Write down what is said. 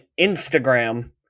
Instagram